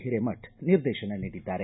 ಹಿರೇಮಠ ನಿರ್ದೇಶನ ನೀಡಿದ್ದಾರೆ